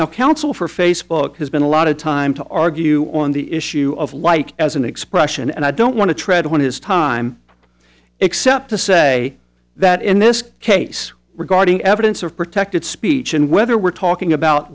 now counsel for facebook has been a lot of time to argue on the issue of like as an expression and i don't want to tread on his time except to say that in this case were guarding evidence of protected speech and whether we're talking about